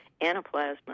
Anaplasma